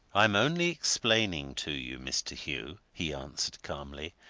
i'm only explaining to you, mr. hugh, he answered, calmly.